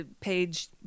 page